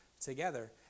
together